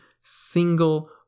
single